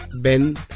Ben